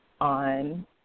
on